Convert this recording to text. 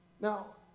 Now